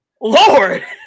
Lord